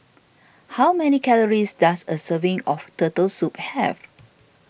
how many calories does a serving of Turtle Soup have